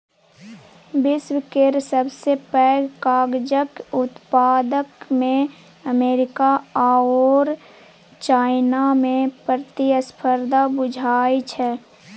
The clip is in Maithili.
विश्व केर सबसे पैघ कागजक उत्पादकमे अमेरिका आओर चाइनामे प्रतिस्पर्धा बुझाइ छै